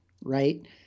right